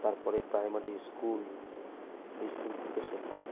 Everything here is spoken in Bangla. তারপরে প্রাইমারি স্কুল স্কুল থেকে শেখা